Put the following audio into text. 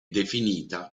definita